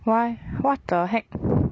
why what the heck